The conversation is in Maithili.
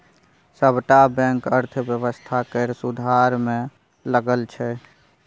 सबटा बैंक अर्थव्यवस्था केर सुधार मे लगल छै